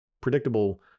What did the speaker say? predictable